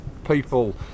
People